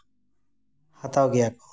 ᱦᱟᱠᱟᱣ ᱜᱮᱭᱟ ᱠᱚ